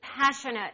passionate